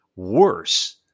worse